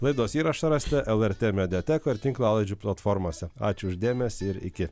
laidos įrašą rasite lrt mediatekoje ir tinklalaidžių platformose ačiū už dėmesį ir iki